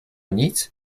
nic